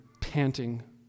panting